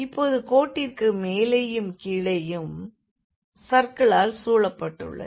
இப்போது கோட்டிற்கு மேலேயும் கீழேயும் சர்க்கிளால் சூழப்பட்டுள்ளது